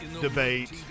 debate